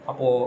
Apo